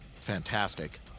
fantastic